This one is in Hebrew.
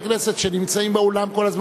יש חברי כנסת שנמצאים באולם כל הזמן.